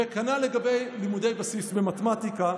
וכנ"ל לגבי לימודי בסיס במתמטיקה.